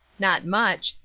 not much.